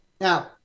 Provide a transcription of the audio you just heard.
Now